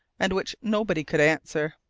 and which nobody could answer.